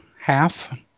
half